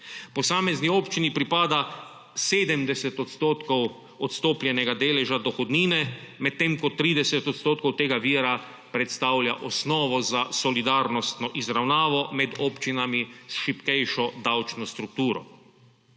Posamezni občini pripada 70 odstotkov odstopljenega deleža dohodnine, medtem ko 30 odstotkov tega vira predstavlja osnovo za solidarnostno izravnavo med občinami s šibkejšo davčno strukturo.